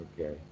Okay